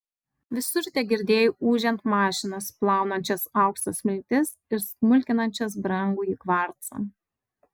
visur tegirdėjai ūžiant mašinas plaunančias aukso smiltis ir smulkinančias brangųjį kvarcą